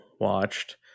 watched